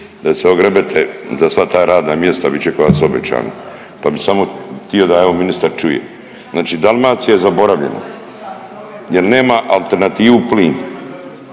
da se ogrebete za sva ta radna mjesta, bit će ko da su obećana, pa bi samo htio da evo ministar čuje. Znači Dalmacija je zaboravljena jer nema alternativu plin,